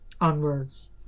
onwards